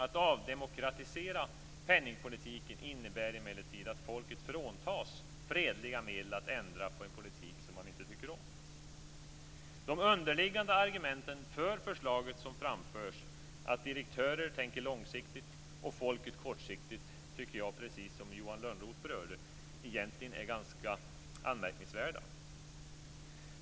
Att avdemokratisera penningpolitiken innebär emellertid att folket fråntas fredliga medel att ändra på en politik som man inte tycker om. De underliggande argumenten för förslaget som framförs, att direktörer tänker långsiktigt och folket kortsiktigt, tycker jag, precis som Johan Lönnroth berörde, egentligen är ganska anmärkningsvärda.